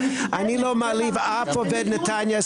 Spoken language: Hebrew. אני לא מעליב אף עובד נתניה.